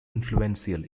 influential